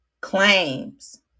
claims